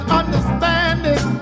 understanding